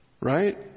right